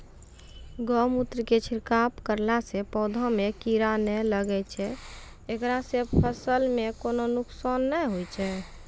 गोमुत्र के छिड़काव करला से पौधा मे कीड़ा नैय लागै छै ऐकरा से फसल मे कोनो नुकसान नैय होय छै?